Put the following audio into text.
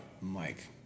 Mike